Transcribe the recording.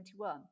2021